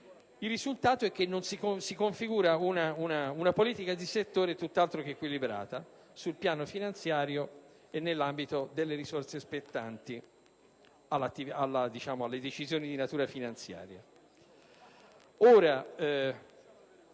Il risultato è che si configura una politica di settore tutt'altro che equilibrata sul piano finanziario e nell'ambito delle risorse spettanti alle decisioni di natura finanziaria.